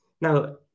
Now